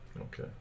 Okay